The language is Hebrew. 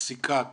פסקת